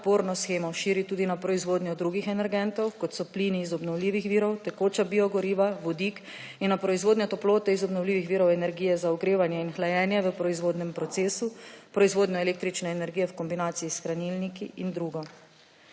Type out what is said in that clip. podporno shemo širi tudi na proizvodnjo drugih energentov, kot so plini iz obnovljivih virov, tekoča biogoriva, vodik in na proizvodnjo toplote iz obnovljivih virov energije za ogrevanje in hlajenje v proizvodnem procesu, proizvodnjo električne energije v kombinaciji s hranilniki in drugo.